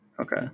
Okay